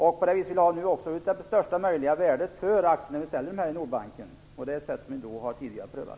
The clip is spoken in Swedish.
Nu vill vi också ha ut största möjliga värde för Nordbankens aktier, och vi kan då använda oss av det sätt som vi tidigare har prövat.